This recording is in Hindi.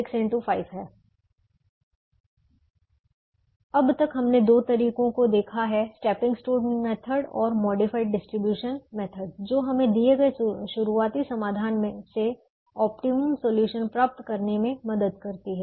अब अब तक हमने दो तरीकों को देखा है स्टेपिंग स्टोन मेथड और मोडिफाइड डिसटीब्यूशन मेथड जो हमें दिए गए शुरुआती समाधान से ऑप्टिमम सॉल्यूशन प्राप्त करने में मदद करती है